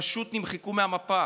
פשוט נמחקו מהמפה.